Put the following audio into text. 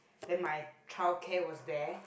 then my childcare was there